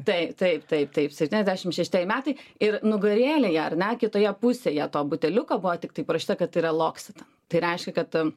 taip taip taip taip septyniasdešimt šeštieji metai ir nugarėlėje ar ne kitoje pusėje to buteliuko buvo tiktai parašyta kad tai yra loksita tai reiškia kad